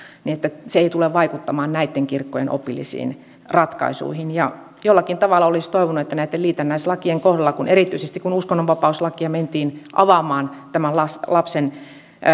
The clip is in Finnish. että se ei tule vaikuttamaan näitten kirkkojen opillisiin ratkaisuihin ja jollakin tavalla olisi toivonut että näitten liitännäislakien kohdalla erityisesti kun uskonnonvapauslakia mentiin avaamaan lapsen